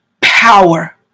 power